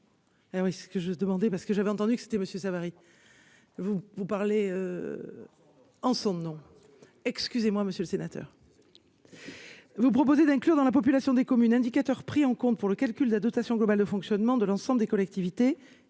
Vous proposez d'inclure dans la population des communes indicateurs pris en compte pour le calcul de la dotation globale de fonctionnement de l'ensemble des collectivités,